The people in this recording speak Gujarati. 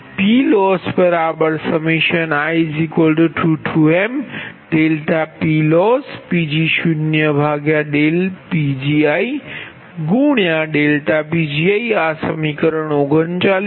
તેથી ∆PLossi2mPLossPgoPgi∆Pgi આ સમીકરણ 39 છે